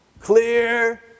clear